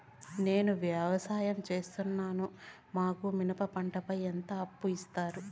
నేను వ్యవసాయం సేస్తున్నాను, మాకు మిరప పంటపై ఎంత అప్పు ఇస్తారు